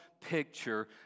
picture